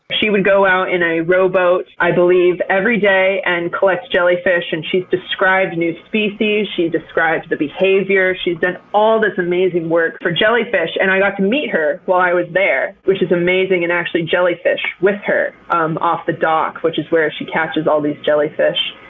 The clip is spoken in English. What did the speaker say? she would go out in a rowboat i believe, every day, and collect jellyfish. and she's described new species, she's described the behavior, she's done all this amazing work for jellyfish. and i got to meet her while i was there which is amazing and actually jellyfish with her um off the dock, which is where she catches all these jellyfish.